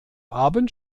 abend